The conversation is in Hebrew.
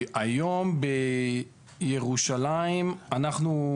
היום בירושלים אנחנו,